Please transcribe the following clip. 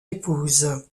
épouse